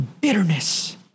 bitterness